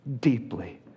deeply